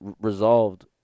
resolved